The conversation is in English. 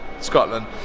Scotland